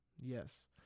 Yes